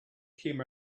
came